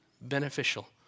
beneficial